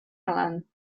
helen